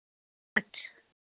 अच्छा